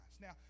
Now